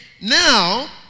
Now